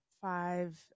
five